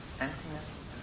emptiness